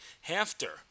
Hafter